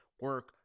Work